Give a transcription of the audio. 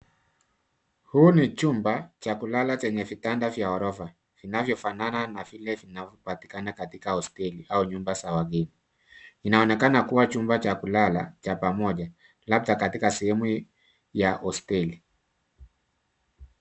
Huu ni chumba cha kulala chenye vitanda vya ghorofa vinavyo fanana na vile vinazo patikana kwenye hosteli au vyumba vya wageni. Inaonekana kama chumba cha kulala cha pamoja labda katika sehemu ya hosteli.